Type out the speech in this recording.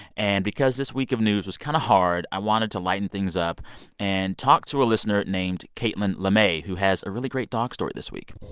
and because this week of news was kind of hard, i wanted to lighten things up and talk to a listener named katelyn lemay, who has a really great dog story this week